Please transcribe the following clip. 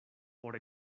por